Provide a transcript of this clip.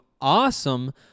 awesome